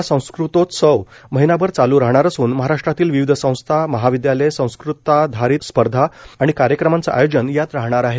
हा संस्कृतोत्सव महिनाभर चालू राहणार असून महाराष्ट्रातील विविध संस्था महाविद्यालये संस्कृताधारित स्पर्धा आणि कार्यक्रमांचं आयोजन यात राहणार आहे